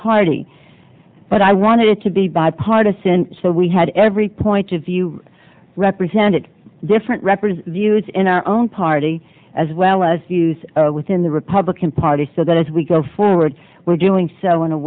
party but i wanted it to be bipartisan so we had every point of view represented different represent the views in our own party as well as views within the republican party so that as we go forward we're doing so in a